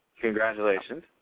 Congratulations